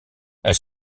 elle